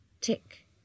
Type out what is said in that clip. tick